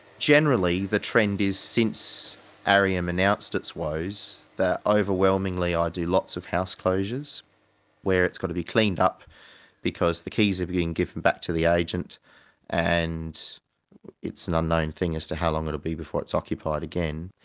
generally the trend is since arrium announced its woes, overwhelmingly i ah do lots of house closures where it's got to be cleaned up because the keys are being given back to the agent and it's an unknown thing as to how long it will be before it's occupied again.